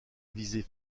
visée